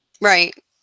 right